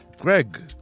Greg